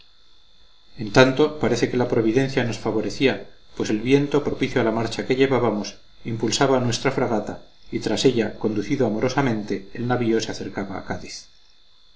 en tanto parece que la providencia nos favorecía pues el viento propicio a la marcha que llevábamos impulsaba a nuestra fragata y tras ella conducido amorosamente el navío se acercaba a cádiz